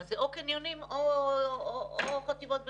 מה, זה או קניונים או חטיבות ביניים?